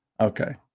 okay